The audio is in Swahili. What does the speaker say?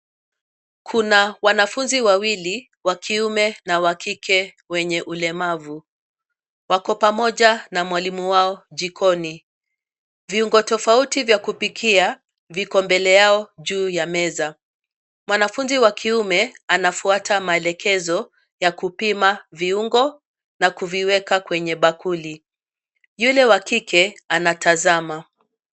Kuna wanafunzi wawili wa kiume na wa kike wenye ulemavu, wako pamoja na mwalimu wao jikoni, viungo tofauti vya kupikia, viko mbele yao juu ya meza, mwanafunzi wa kiume anafuata maelekezo, yakupima viungo, na kuviweka kwenye bakuli, yule wa kike anatazama.